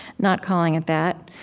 not calling it that.